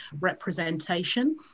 representation